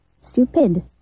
Stupid